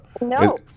No